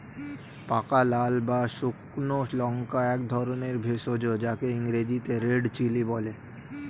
পাকা লাল বা শুকনো লঙ্কা একধরনের ভেষজ যাকে ইংরেজিতে রেড চিলি বলে